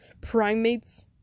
primates